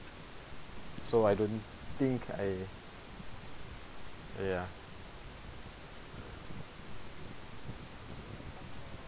so I don't think I ya